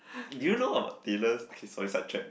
do you know about Taylor's okay sorry sidetrack